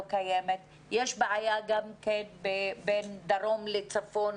יש גם כן בעיה בין הדרום לצפון.